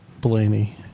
Blaney